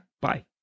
Bye